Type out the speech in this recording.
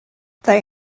they